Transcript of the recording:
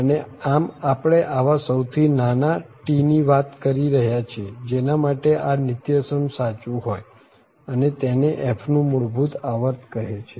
અને આમ આપણે આવા સૌથી નાના T ની વાત કરી રહ્યા છીએ જેના માટે આ નીત્યસમ સાચું હોય અને તેને f નું મૂળભૂત આવર્ત કહે છે